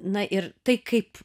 na ir tai kaip